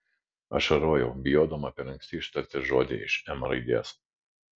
ašarojau bijodama per anksti ištarti žodį iš m raidės